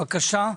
בקשה.